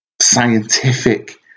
Scientific